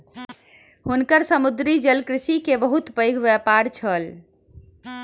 हुनकर समुद्री जलकृषि के बहुत पैघ व्यापार छल